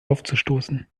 aufzustoßen